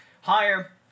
Higher